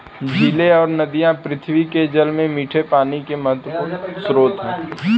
झीलें और नदियाँ पृथ्वी के जल में मीठे पानी के महत्वपूर्ण स्रोत हैं